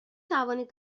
توانید